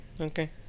Okay